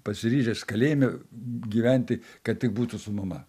pasiryžęs kalėjime gyventi kad tik būtų su mama